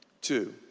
two